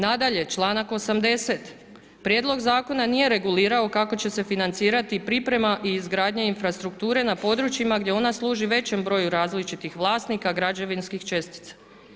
Nadalje članak 80., prijedlog zakona nije regulirao kako će se financirati priprema i izgradnja infrastrukture na područjima gdje ona služi većem broju različitih vlasnika građevinskih čestica.